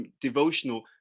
devotional